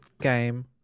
game